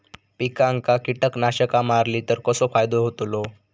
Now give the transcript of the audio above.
पिकांक कीटकनाशका मारली तर कसो फायदो होतलो?